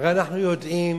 הלוא אנחנו יודעים